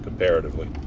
Comparatively